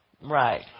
Right